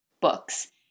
books